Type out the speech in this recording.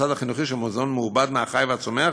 החינוכי של מזון מעובד מהחי והצומח